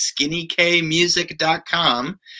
skinnykmusic.com